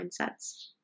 mindsets